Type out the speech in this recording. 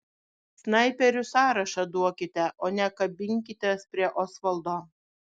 snaiperių sąrašą duokite o ne kabinkitės prie osvaldo